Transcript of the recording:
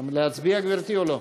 להצביע, גברתי, או לא?